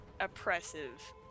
oppressive